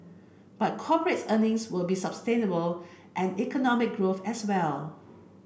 but corporate earnings will be sustainable and economic growth as well